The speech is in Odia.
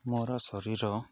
ମୋର ଶରୀର